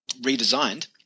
redesigned